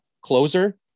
closer